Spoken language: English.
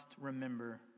remember